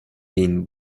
gain